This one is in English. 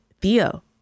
Theo